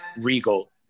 regal